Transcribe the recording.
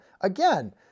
Again